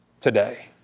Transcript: today